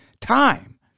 time